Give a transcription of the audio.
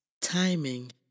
timing